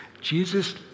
Jesus